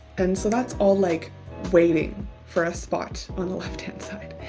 and so that's all like waiting for a spot on the left hand side.